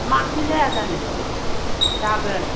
मानोथो जाया जानो जागोन